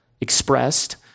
expressed